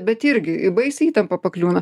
bet irgi į baisią įtampą pakliūna